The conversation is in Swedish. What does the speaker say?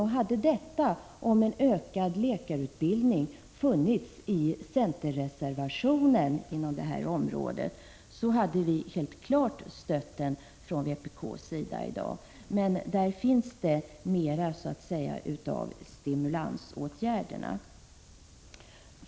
Om kravet på en ökad läkarutbildning hade funnits i centerreservationen i det här avseendet, skulle vi från vpk helt klart ha stött den i dag. Den är dock mera inriktad på stimulansåtgärder.